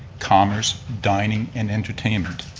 commerce, dining and entertainment.